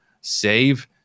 save